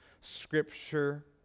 scripture